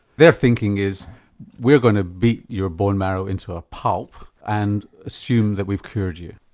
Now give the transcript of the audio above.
their thinking is we're going to beat your bone marrow into a pulp and assume that we've cured you?